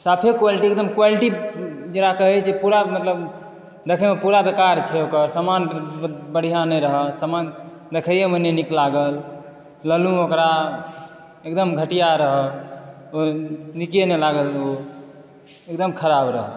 साफे क्वालिटी एकदम क्वालिटी जेकरा कहै छै पूरा मतलब देखऽ मे पूरा बेकार छै ओकर सामान बढ़िऑं नहि रहैया सामान देखए मे नहि नीक लागल लए लेलहुॅं ओकरा एकदम घटिया रहै ओ नीके नहि लागल ओ एकदम खराब रहै